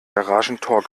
garagentor